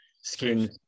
skin